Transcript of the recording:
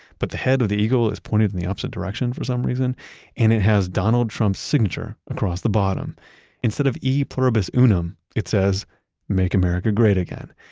but the head of the eagle is pointed in the opposite direction for some reason and it has donald trump's signature across the bottom instead of e pluribus unum, it says make america great again.